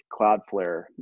Cloudflare